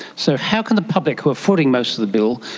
so how can the public, who are footing most of the bill,